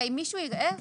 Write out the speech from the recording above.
הרי מישהו יראה אותו.